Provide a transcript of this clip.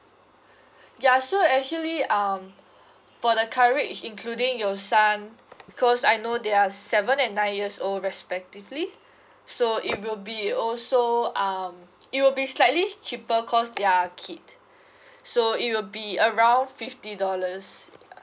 ya so actually um for the coverage including your son because I know they're seven and nine years old respectively so it will be also um it will be slightly cheaper cause they're kid so it will be around fifty dollars